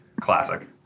Classic